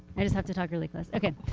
i just have to talk really close.